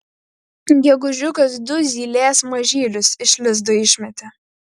gegužiukas du zylės mažylius iš lizdo išmetė